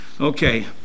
Okay